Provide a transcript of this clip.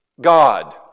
God